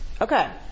Okay